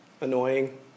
annoying